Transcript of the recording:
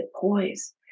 poise